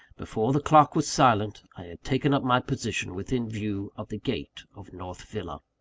before the clock was silent, i had taken up my position within view of the gate of north villa.